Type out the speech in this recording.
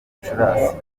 gicurasi